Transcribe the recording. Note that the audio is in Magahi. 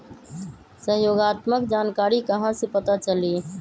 सहयोगात्मक जानकारी कहा से पता चली?